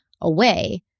away